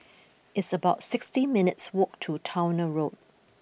it's about sixty minutes' walk to Towner Road